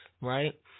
right